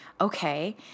okay